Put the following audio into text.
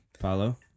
Follow